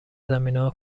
زمینههای